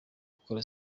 gukora